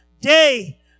Day